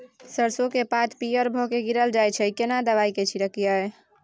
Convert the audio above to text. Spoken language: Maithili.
सरसो के पात पीयर भ के गीरल जाय छै यो केना दवाई के छिड़कीयई?